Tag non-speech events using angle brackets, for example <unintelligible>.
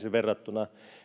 <unintelligible> verrattuna